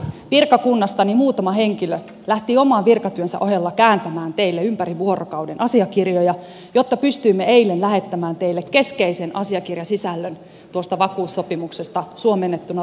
niinpä virkakunnastani muutama henkilö lähti oman virkatyönsä ohella kääntämään teille ympäri vuorokauden asiakirjoja jotta pystyimme eilen lähettämään teille keskeisen asiakirjasisällön tuosta vakuussopimuksesta suomennettuna ruotsinnettuna käyttöönne